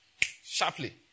sharply